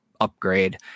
upgrade